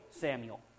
Samuel